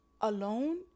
alone